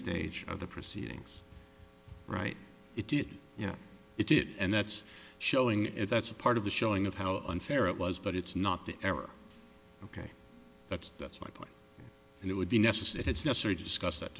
stage of the proceedings right it did you know it did and that's showing and that's a part of the showing of how unfair it was but it's not the error ok that's that's my point and it would be necessary it's necessary to discuss that